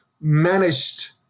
managed